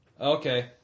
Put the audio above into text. okay